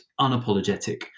unapologetic